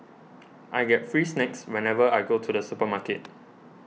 I get free snacks whenever I go to the supermarket